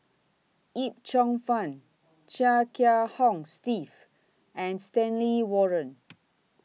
Yip Cheong Fun Chia Kiah Hong Steve and Stanley Warren